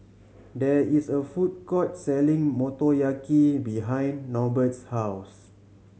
there is a food court selling Motoyaki behind Norbert's house